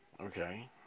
Okay